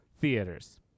theaters